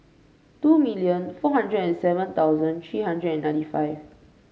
two million four hundred and seven thousand three hundred and ninety five